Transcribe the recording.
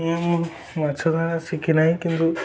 ଏହା ମୁଁ ମାଛ ଧରା ଶିଖିନାହିଁ କିନ୍ତୁ